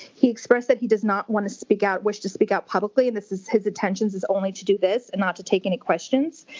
he expressed that he does not want to speak out, wish to speak out publicly, and this is his intentions, is only to do this and not to take any questions.